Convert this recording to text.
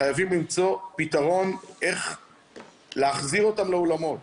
וחייבים למצוא פתרון איך להחזיר אותם לאולמות